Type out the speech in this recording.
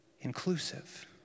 inclusive